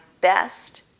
best